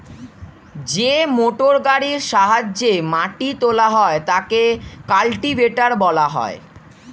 যে মোটরগাড়ির সাহায্যে মাটি তোলা হয় তাকে কাল্টিভেটর বলা হয়